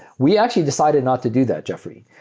we actually decided not to do that, jeffrey.